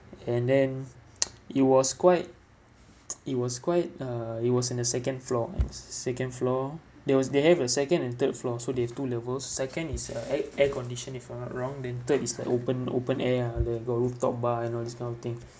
and then it was quite it was quite uh it was in the second floor second floor they was there the second and third floor so they've two levels second is a air air condition if I'm not wrong then third is like open open air ah and then got rooftop bar and all this kind of thing